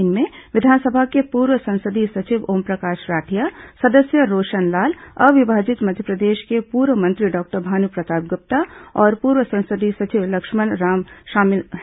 इनमें विधानसभा के पूर्व संसदीय सचिव ओमप्रकाश राठिया सदस्य रोशनलाल अविभाजित मध्यप्रदेश के पूर्व मंत्री डॉक्टर भानुप्रताप गुप्ता और पूर्व संसदीय सचिव लक्ष्मण राम शामिल हैं